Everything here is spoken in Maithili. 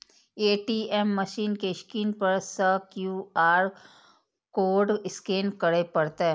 ए.टी.एम मशीन के स्क्रीन पर सं क्यू.आर कोड स्कैन करय पड़तै